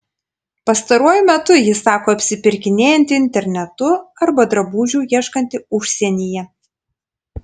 pastaruoju metu ji sako apsipirkinėjanti internetu arba drabužių ieškanti užsienyje